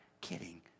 kidding